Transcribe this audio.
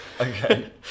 okay